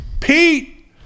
Pete